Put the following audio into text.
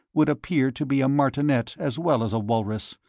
would appear to be a martinet as well as a walrus.